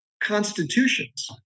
constitutions